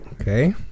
okay